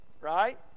right